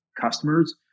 customers